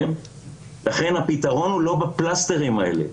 לכן הפתרון הוא לא בפלסטרים האלה,